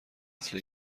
قتل